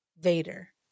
Vader